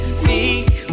seek